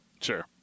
Sure